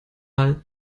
alle